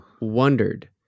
wondered